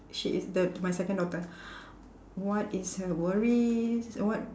she is the my second daughter what is her worries what